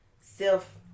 self